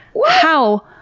how?